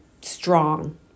strong